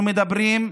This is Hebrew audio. מספיק.) אנחנו מדברים,